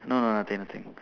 no no nothing nothing